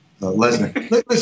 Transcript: Lesnar